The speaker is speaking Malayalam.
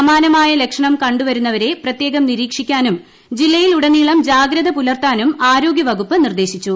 സമാനമായ ലക്ഷണം കണ്ടവരുന്നവരെ പ്രത്യേകം നിരീക്ഷിക്കാനും ജില്ലയിൽ ഉടനീളം ജാഗ്രത പുലർത്താനും ആരോഗ്യവകുപ്പ് നിർദ്ദേശിച്ചു